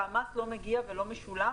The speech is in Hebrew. והמס לא מגיע ולא משולם,